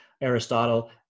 Aristotle